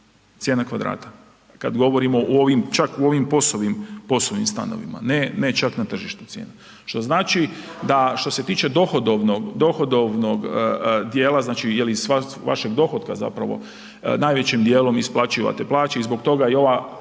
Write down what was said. Cijena kvadrata kad govorimo u ovim, čak u ovim POS-ovim stanovima, ne čak na tržištu cijena. Što znači, da što se tiče dohodovnog, dohodovnog dijela znači jel iz vašeg dohotka zapravo najvećim dijelom isplaćivate plaće i zbog toga i ova